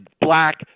black